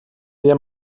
der